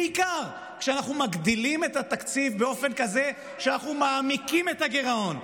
בעיקר כשאנחנו מגדילים את התקציב באופן כזה שאנחנו מעמיקים את הגירעון.